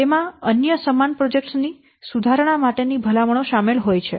તેમાં અન્ય સમાન પ્રોજેક્ટ્સ ની સુધારણા માટેની ભલામણો શામેલ હોય છે